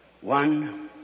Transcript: One